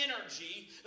energy